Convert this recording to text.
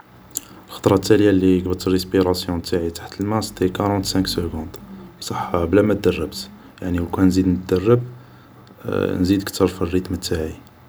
الخطرا تالية لي قبدت ريسبيراسيون تاعي تحت الماء سيتي كارونت سانك سوكوند ، بصح بلا ما دربت ، يعني و كان نزيد ندرب نزيد كتر في الريتم تاعي